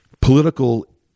political